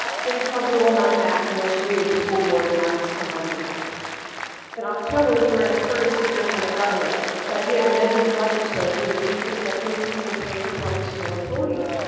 city council will not act unless you use the school board asked on our behalf in october. we were encouraged to hear from the governor that he had amended the budget to include a three percent increase in pay for public school employees.